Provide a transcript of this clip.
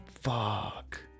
Fuck